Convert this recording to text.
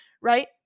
Right